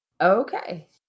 okay